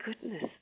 goodness